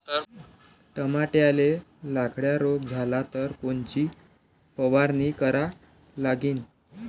टमाट्याले लखड्या रोग झाला तर कोनची फवारणी करा लागीन?